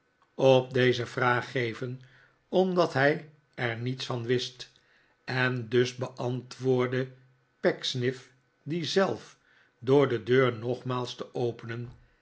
op deze vraag omdat hij er niets van wist en dus beantwoordde pecksniff die zelf door de deur nogmaals te openen